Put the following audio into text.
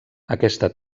aquesta